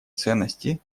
ценности